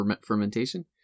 fermentation